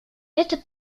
это